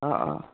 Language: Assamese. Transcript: অঁ অঁ